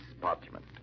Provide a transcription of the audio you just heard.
parchment